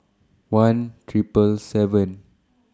one Triple seven